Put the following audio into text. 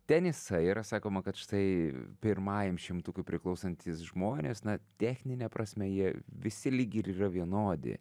tenisą yra sakoma kad štai pirmajam šimtukui priklausantys žmonės na technine prasme jie visi lyg ir yra vienodi